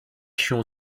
się